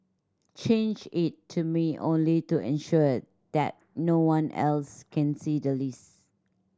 change it to me only to ensure that no one else can see the list